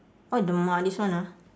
!wah! this one ah